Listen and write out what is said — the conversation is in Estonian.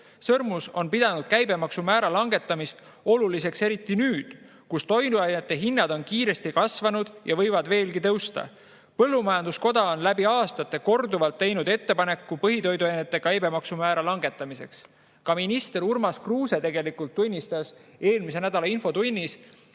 Sõrmus on pidanud käibemaksumäära langetamist oluliseks, eriti nüüd, kui toiduainete hinnad on kiiresti kasvanud ja võivad veelgi kasvada. Põllumajanduskoda on läbi aastate korduvalt teinud ettepaneku põhitoiduainete käibemaksumäära langetamiseks. Ka minister Urmas Kruuse tunnistas eelmise nädala infotunnis,